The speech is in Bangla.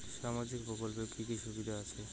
সামাজিক প্রকল্পের কি কি সুবিধা আছে?